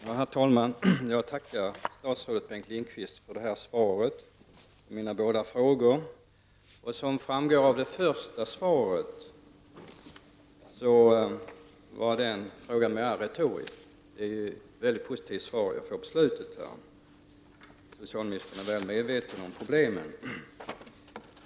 Herr talman! Jag tackar statsrådet Bengt Lindqvist för svaret på mina båda frågor. Som framgår av svaret på den första frågan var den frågan mer retorisk. Jag fick ett mycket positivt besked i slutet av frågesvaret, där det sägs att statsrådet är väl medveten om problemen.